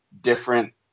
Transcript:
different